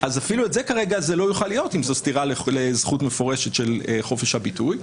אפילו זה לא יוכל להיות אם זאת סתירה לזכות מפורשת של חופש הביטוי.